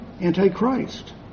anti-Christ